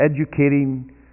educating